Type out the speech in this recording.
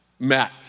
Met